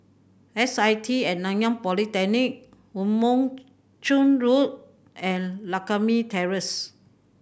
S I T At Nanyang Polytechnic Woo Mon Chew Road and Lakme Terrace